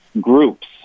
groups